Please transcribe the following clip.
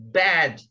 bad